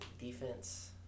defense